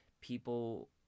people